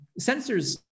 sensors